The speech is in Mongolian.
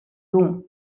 юун